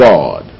God